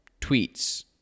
tweets